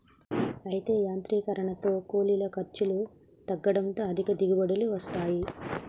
అయితే యాంత్రీకరనతో కూలీల ఖర్చులు తగ్గడంతో అధిక దిగుబడులు వస్తాయి